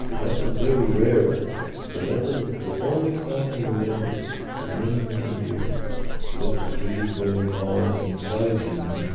so that was very rare but that was the only sign i remember for many many years to what was really going on inside him.